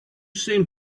seem